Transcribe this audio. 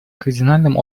кардинальным